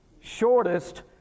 shortest